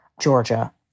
Georgia